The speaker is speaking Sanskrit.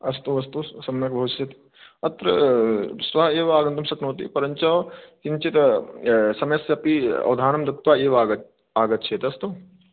अस्तु अस्तु सम्यक् भविष्यति अत्र श्वः एव आगन्तुं शक्नोति परञ्च किञ्चिद् समयस्यापि अवधानं दत्वा एव आग् आगच्छेत् अस्तु